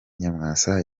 nyamwasa